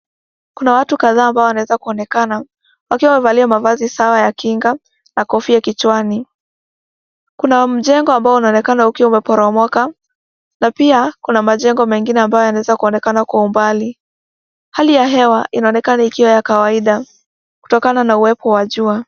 Kuna watu kadhaa ambao wanaweza kuonekana wakiwa wamevalia mavazi sawa ya kinga na kofia kichwani ,kuna mjengo ambao unaonekana ukiwa umeporomoka na pia kuna majengo mengine ambayo yanaweza kuonekana kwa umbali. Hali ya hewa inaonekana ikiwa ya kawaida kutokana na uwepo wa jua.